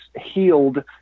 healed